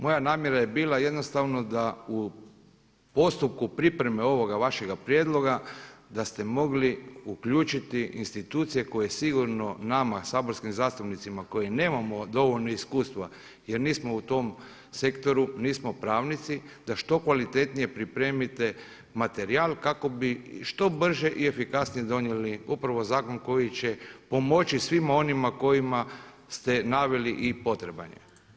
Moja namjera je bila jednostavno da u postupku pripreme ovoga vašeg prijedloga da ste mogli uključiti institucije koje sigurno nama saborskim zastupnicima koji nemamo dovoljno iskustva jer nismo u tom sektoru, nismo pravnici da što kvalitetnije pripremite materijal, kako bi što brže i efikasnije donijeli upravo zakon koji će pomoći svima onima kojima ste naveli i potreban je.